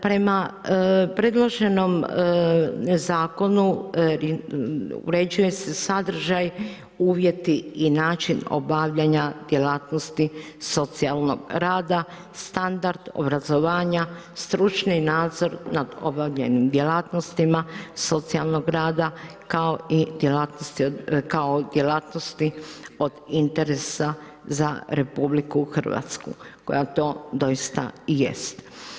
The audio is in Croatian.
Prema predloženom zakonu, uređuje se sadržaj, uvjeti i način obavljanja djelatnosti socijalnog rada, standard obrazovanja, stručni nadzor nad obavljenim djelatnostima socijalnog rada kao i djelatnosti od interesa za RH, koja to doista jest.